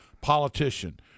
politician